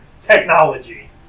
technology